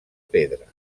pedra